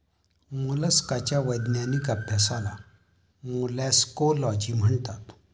मोलस्काच्या वैज्ञानिक अभ्यासाला मोलॅस्कोलॉजी म्हणतात